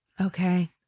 Okay